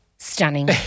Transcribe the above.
Stunning